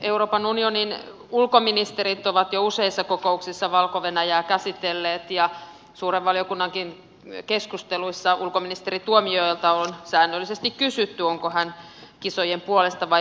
euroopan unionin ulkoministerit ovat jo useissa kokouksissa valko venäjää käsitelleet ja suuren valiokunnankin keskusteluissa ulkoministeri tuomiojalta on säännöllisesti kysytty onko hän kisojen puolesta vai niitä vastaan